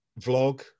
vlog